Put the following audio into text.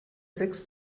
sechs